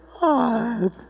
God